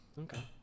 Okay